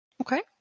Okay